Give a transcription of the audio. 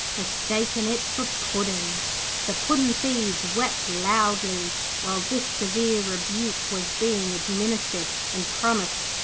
mistaking it for puddin' the puddin'-thieves wept loudly while this severe rebuke was being administered, and promised,